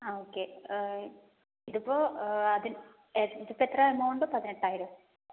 ആ ഓക്കെ ഇതിപ്പോൾ ഇതിപ്പോൾ എത്രയാണ് എമൌണ്ട് പതിനെട്ടായിരമോ